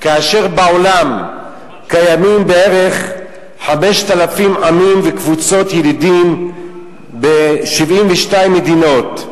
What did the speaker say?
כאשר בעולם קיימים בערך 5,000 עמים וקבוצות ילידים ב-72 מדינות,